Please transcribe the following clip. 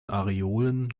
areolen